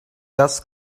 das